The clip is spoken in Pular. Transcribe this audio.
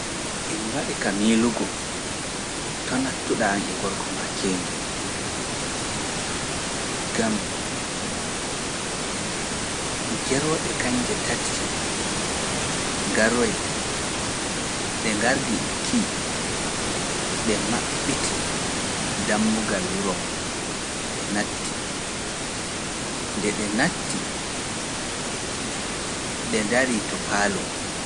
Emi waɗi ka miilugo to nattu ɗaa e gorko maa ceeña, ngam jerooɗe kañje tati garoyi ɗe ngardi e kii, ɗe maɓɓiti dammbugal wuro mon, ɗum ɗammbugal wuro mo ɗe natti nde ɗe natti ɗe ndarii to paalo.